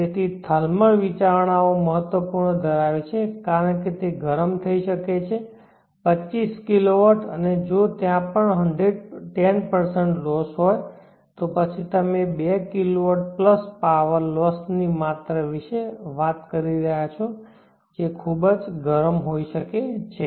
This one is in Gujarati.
તેથી થર્મલ વિચારણાઓ મહત્વપૂર્ણ છે કારણ કે તે ગરમ થઈ શકે છે 25 kW અને જો ત્યાં પણ 10 લોસ હોય તો પછી તમે 2 kW પાવર લોસ ની માત્રા વિશે વાત કરી રહ્યા છો જે ખૂબ ગરમ હોઈ શકે છે